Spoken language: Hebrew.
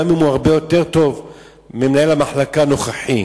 גם אם הוא הרבה יותר טוב ממנהל המחלקה הנוכחי.